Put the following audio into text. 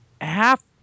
half